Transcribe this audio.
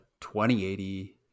2080